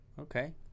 okay